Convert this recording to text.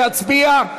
להצביע?